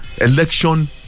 election